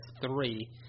three